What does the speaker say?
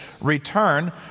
return